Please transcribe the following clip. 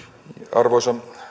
arvoisa